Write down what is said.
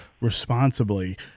responsibly